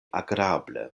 agrable